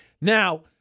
Now